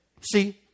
See